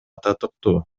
татыктуу